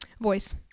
voice